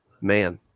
man